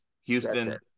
Houston